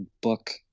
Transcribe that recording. book